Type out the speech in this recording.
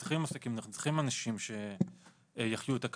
שידברו לגבי ההשפעות השליליות של נזקי הרעש בשטחים הפתוחים,